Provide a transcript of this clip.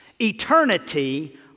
eternity